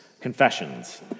Confessions